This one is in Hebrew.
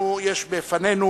יש בפנינו